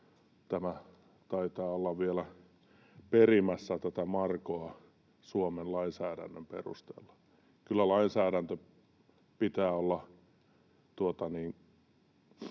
tämä taitaa olla vielä perimässä tätä Markoa Suomen lainsäädännön perusteella. Kyllä lainsäädännön pitää olla